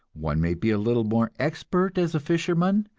one may be a little more expert as a fisherman,